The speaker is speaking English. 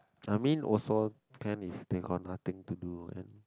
I mean also can be they got nothing to do and